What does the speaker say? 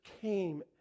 came